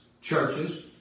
churches